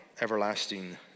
everlasting